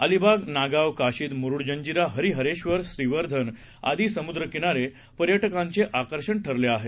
अलिबाग नागाव काशिद मुरूड जंजिरा हरिहरेश्वर श्रीवर्धन आदी समुद्र किनारे पर्यटकांचे आकर्षण ठरले आहेत